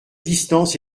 distance